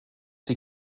die